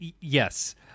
Yes